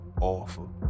awful